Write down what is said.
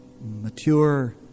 mature